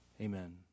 Amen